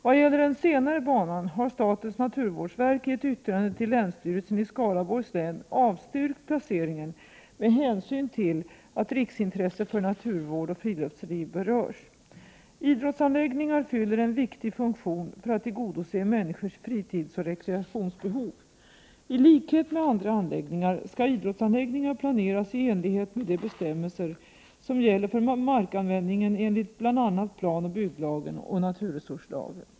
Vad gäller den senare banan har statens naturvårdsverk i ett yttrande till länsstyrelsen i Skaraborgs län avstyrkt placeringen med hänsyn till att riksintresse för naturvård och friluftsliv berörs. Idrottsanläggningar fyller en viktig funktion för att tillgodose människors fritidsoch rekreationsbehov. I likhet med andra anläggningar skall idrottsanläggningar planeras i enlighet med de bestämmelser som gäller för markanvändningen enligt bl.a. planoch bygglagen och naturresurslagen.